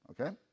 okay